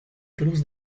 cruz